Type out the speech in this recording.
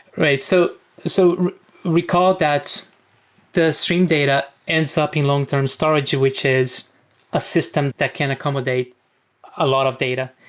right. so so recall that the stream data ends up in long-term storage, which is a system that can accommodate a lot of data.